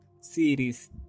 Series